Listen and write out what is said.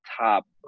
top